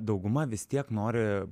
dauguma vis tiek nori